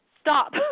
Stop